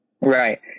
Right